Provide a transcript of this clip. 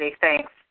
thanks